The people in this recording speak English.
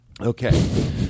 Okay